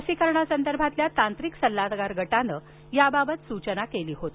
लसीकरणासंदर्भातल्या तांत्रिक सल्लागार गटानं याबाबत सूचना केली होती